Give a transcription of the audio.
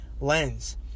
lens